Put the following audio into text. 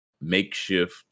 makeshift